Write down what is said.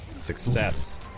Success